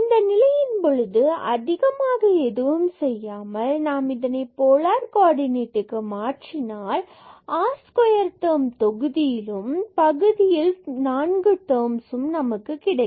இந்த நிலையின் பொழுது அதிகமாக எதுவும் செய்யாமல் நாம் இதனை போலார் கோ ஆர்டினேட் க்கு மாற்றினால் r square term தொகுதியிலும் பகுதியில் 4 டெர்ம்ஸ் நமக்கு கிடைக்கும்